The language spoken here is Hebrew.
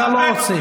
ואתה לא רוצה.